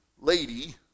lady